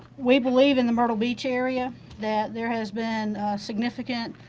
we believe in the myrtle beach area that there has been significant